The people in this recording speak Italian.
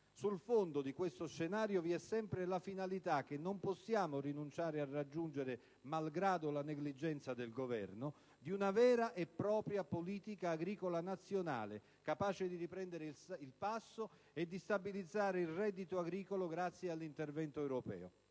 Sullo sfondo di questo scenario vi è sempre la finalità - che non possiamo rinunciare a raggiungere, malgrado la negligenza del Governo - di una vera e propria politica agricola nazionale, capace di riprendere il passo e di stabilizzare il reddito agricolo grazie all'intervento europeo.